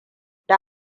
da